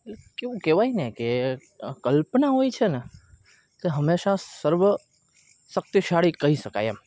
એટલે કેવું કહેવાય ને કે કલ્પના હોય છે ને તે હંમેશા સર્વ શક્તિશાળી કહી શકાય એમ